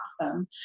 awesome